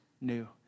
new